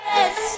Yes